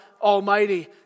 Almighty